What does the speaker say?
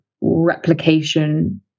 replication